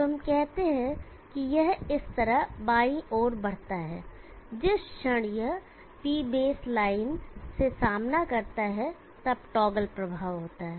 तो हम कहते हैं कि यह इस तरह बाईं ओर बढ़ता है जिस क्षण यह P बेस लाइन से सामना करता है तब टॉगल प्रभाव होता है